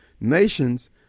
nations